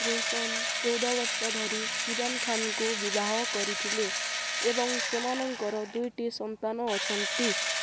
ରୋଶନ ଚଉଦ ବର୍ଷ ଧରି ସୁଜାନ ଖାନଙ୍କୁ ବିବାହ କରିଥିଲେ ଏବଂ ସେମାନଙ୍କର ଦୁଇଟି ସନ୍ତାନ ଅଛନ୍ତି